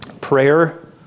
Prayer